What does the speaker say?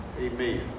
amen